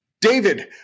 David